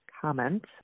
comment